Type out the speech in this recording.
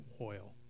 oil